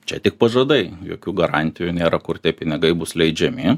čia tik pažadai jokių garantijų nėra kur tie pinigai bus leidžiami